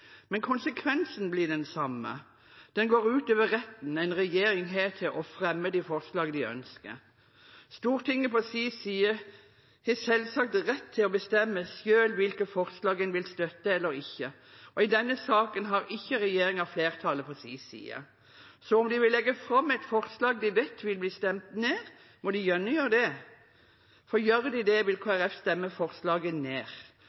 Men konsekvensen blir den samme. Den går ut over retten en regjering har til å fremme de forslag de ønsker. Stortinget på sin side har selvsagt rett til selv å bestemme hvilke forslag en vil støtte eller ikke. Og i denne saken har ikke regjeringen flertallet på sin side. Så om de vil legge fram et forslag de vet vil bli stemt ned, må de gjerne gjøre det, for gjør de det, vil Kristelig Folkeparti stemme forslaget ned.